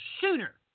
sooner